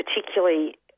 particularly